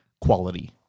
quality